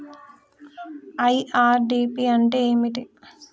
IRDP అంటే ఏమిటి?